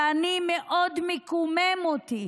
ואני, זה מאוד מקומם אותי